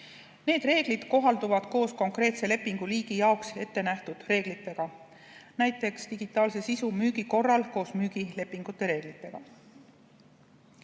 Need reeglid kohalduvad koos konkreetse lepinguliigi jaoks ette nähtud reeglitega, näiteks digitaalse sisu müügi korral koos müügilepingute reeglitega.